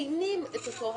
שמקיימים את אותו ההליך.